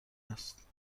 است